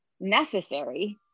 Necessary